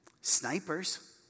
snipers